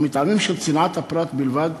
ומטעמים של צנעת הפרט בלבד,